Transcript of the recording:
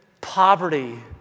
poverty